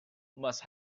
must